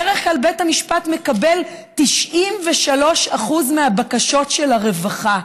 בדרך כלל בית המשפט מקבל 93% מהבקשות של הרווחה.